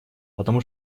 потому